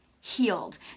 healed